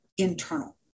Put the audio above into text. internal